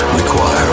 require